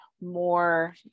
more